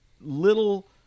little